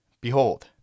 Behold